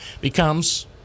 becomes